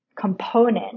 component